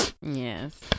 Yes